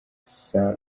hose